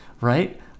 right